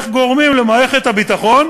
איך גורמים למערכת הביטחון